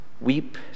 Weep